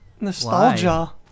Nostalgia